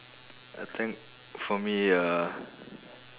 I think for me uh